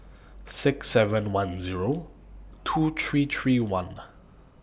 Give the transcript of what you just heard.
six seven one Zero two three three one